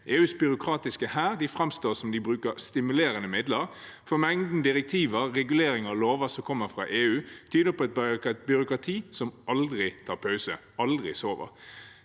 EUs byråkratiske hær framstår som de bruker stimulerende midler, for mengden direktiver, reguleringer og lover som kommer fra EU, tyder på et byråkrati som aldri tar pause og aldri sover.